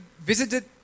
visited